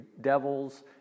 devils